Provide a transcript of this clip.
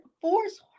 Force